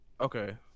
Okay